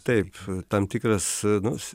taip tam tikras nors